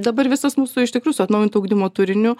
dabar visas mūsų iš tikrųjų su atnaujintu ugdymo turiniu